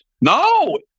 No